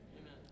Amen